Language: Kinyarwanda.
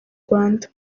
rwanda